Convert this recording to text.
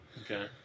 Okay